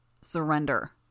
Surrender